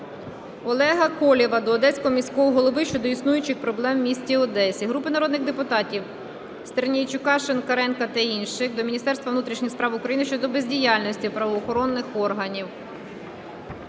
Олега Колєва до Одеського міського голови щодо існуючих проблем в місті Одесі. Групи народних депутатів (Стернійчука, Шинкаренка та інших) до Міністерства внутрішніх справ України щодо бездіяльності правоохоронних органів.